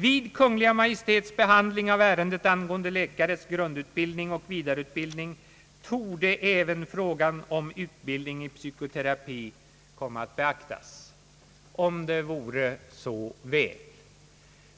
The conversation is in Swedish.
Vid Kungl. Maj:ts behandling av ärendet angående läkares grundutbildning och vidareutbildning torde även frågan om utbildning i psykoterapi komma att beaktas.» Om det vore så väl!